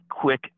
quick